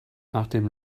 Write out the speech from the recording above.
nachdem